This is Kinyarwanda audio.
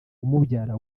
umubyara